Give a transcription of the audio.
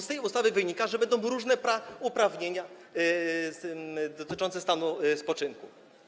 Z tej ustawy wynika, że będą różne uprawnienia dotyczące stanu spoczynku.